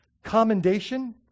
commendation